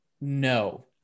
no